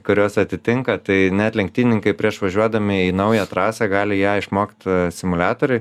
kurios atitinka tai net lenktynininkai prieš važiuodami į naują trasą gali ją išmokt simuliatoriuj